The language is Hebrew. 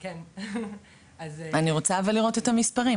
אני רוצה אבל לראות את המספרים,